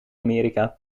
amerika